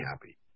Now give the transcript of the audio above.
happy